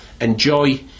enjoy